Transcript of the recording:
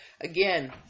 Again